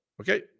okay